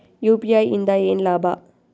UPI ಇಂದ ಏನ್ ಲಾಭ?